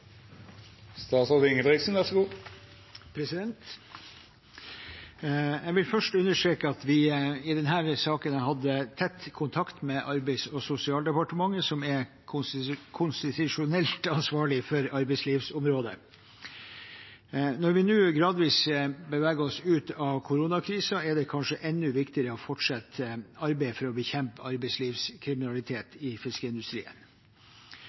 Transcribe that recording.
Jeg vil først understreke at vi i denne saken har hatt tett kontakt med Arbeids- og sosialdepartementet, som er konstitusjonelt ansvarlig for arbeidslivsområdet. Når vi nå gradvis beveger oss ut av koronakrisen, er det kanskje enda viktigere å fortsette arbeidet for å bekjempe arbeidslivskriminalitet i fiskeindustrien.